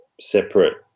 separate